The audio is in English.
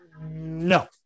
No